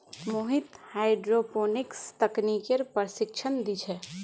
Mohit hydroponics तकनीकेर प्रशिक्षण दी छे